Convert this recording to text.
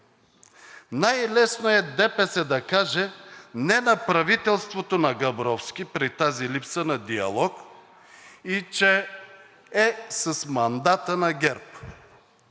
Най-лесно е ДПС да каже не на правителството на Габровски при тази липса на диалог и че е с мандата на ГЕРБ.